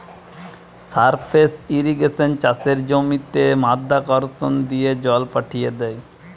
surface ইর্রিগেশনে চাষের জমিতে মাধ্যাকর্ষণ দিয়ে জল পাঠি দ্যায়